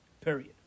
Period